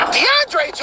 DeAndre